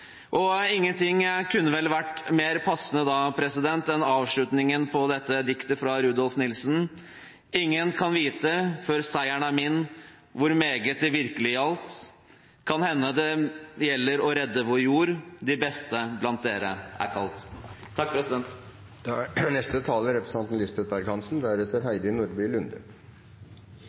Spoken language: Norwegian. Ingenting kunne vel vært mer passende enn avslutningen på dette diktet av Rudolf Nilsen: «Ingen kan vite før seiren er min hvor meget det virkelig gjaldt. Kan hende det gjelder å redde vår jord. De beste blant dere er kalt.»